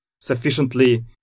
Sufficiently